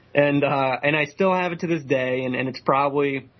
and and i still have it to this day and and it's probably,